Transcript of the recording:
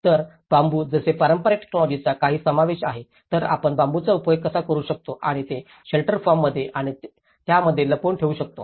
तर बांबू जसे पारंपारिक टेकनॉलॉजिाचा काही समावेश आहे तर आपण बांबूचा उपयोग कसा करू शकतो आणि ते शेल्टर फॉर्ममध्ये आणि त्यामध्ये लपवून ठेवू शकतो